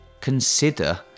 Consider